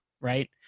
right